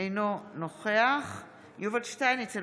אינו נוכח יובל שטייניץ,